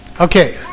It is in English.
Okay